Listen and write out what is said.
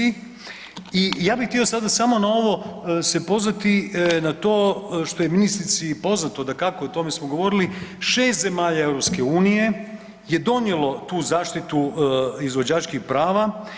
I ja bih htio sada samo na ovo se pozvati na to što je ministrici poznato dakako o tome smo govorili 6 zemalja EU je donijelo tu zaštitu izvođačkih prava.